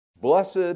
Blessed